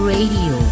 Radio